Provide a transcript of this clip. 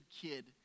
kid